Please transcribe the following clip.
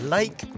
Lake